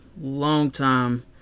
longtime